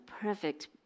perfect